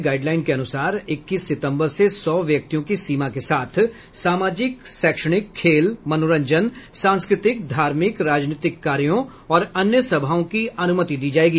guideline के अनुसार इक्कीस सितंबर से सौ व्यक्तियों की सीमा के साथ सामाजिक शैक्षणिक खेल मनोरंजन सांस्कृतिक धार्मिक राजनीतिक कार्यों और अन्य सभाओं की अनुमति दी जाएगी